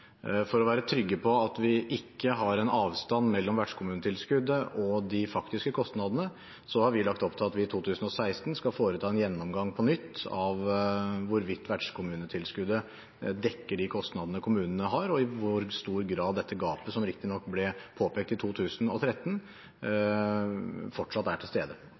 For å være trygg på at vi ikke har en avstand mellom vertskommunetilskuddet og de faktiske kostnadene, har vi lagt opp at vi i 2016 skal foreta en gjennomgang på nytt om hvorvidt vertskommunetilskuddet dekker de kostnadene kommunene har, og i hvor stor grad dette gapet – som riktignok ble påpekt i 2013 – fortsatt er til stede.